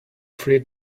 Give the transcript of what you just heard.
freed